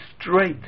straight